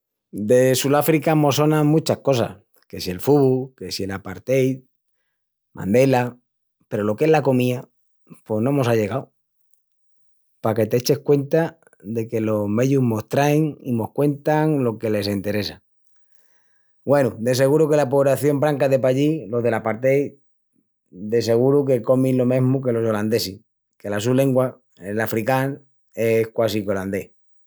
De Suláfrica mos sonan muchas cosas, que si el fubu, que si l'apartheid, Mandela,… peru lo qu'es la comía pos no mos á llegau. Paque t'echis cuenta de que los meyus mos train i mos cuentan lo que les enteressa. Güenu, de seguru que la puebración branca de pallí, los del apartheid, de seguru que comin lo mesmu que los olandesis, que la su lengua, l'afrikaans, es quasi qu'olandés.